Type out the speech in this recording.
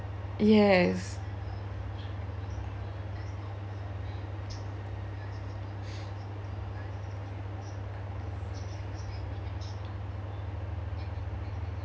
yes